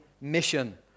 mission